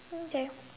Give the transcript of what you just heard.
okay